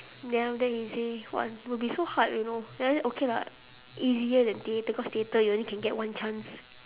then after that he say !wah! would be so hard you know but then okay lah easier than theatre cause theatre you can only get one chance